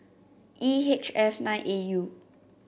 E H F nine A U